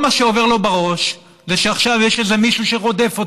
כל מה עובר לו בראש זה שעכשיו יש איזה מישהו שרודף אותו,